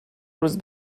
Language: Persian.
روز